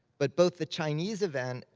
but both the chinese event,